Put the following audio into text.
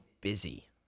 busy